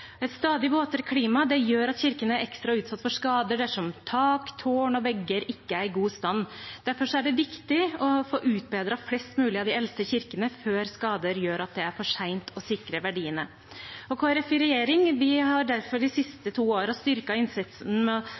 Et stadig våtere klima gjør at kirkene er ekstra utsatt for skader dersom tak, tårn og vegger ikke er i god stand. Derfor er det viktig å få utbedret flest mulig av de eldste kirkene før skader gjør at det er for sent å sikre verdiene. Kristelig Folkeparti i regjering har derfor de siste to årene styrket innsatsen